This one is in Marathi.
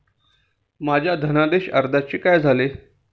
माझ्या धनादेश अर्जाचे काय झाले?